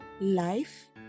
life